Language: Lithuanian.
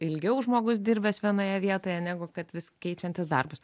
ilgiau žmogus dirbęs vienoje vietoje negu kad vis keičiantis darbus